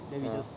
ya